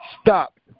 stop